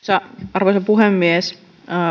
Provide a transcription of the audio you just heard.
arvoisa puhemies